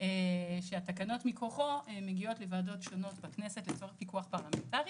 שהתקנות מכוחו מגיעות לוועדות שונות בכנסת לצורך פיקוח פרלמנטרי,